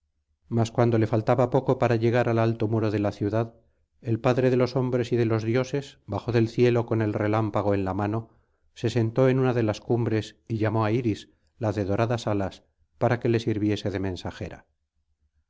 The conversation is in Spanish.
mas cuando le faltaba poco para llegar al alto muro de la ciudad el padre de los hombres y de los dioses bajó del cielo con el relámpago en la mano se sentó en una de las cumbres y llamó á iris la de doradas alas para que le sirviese de mensajera